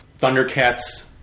Thundercats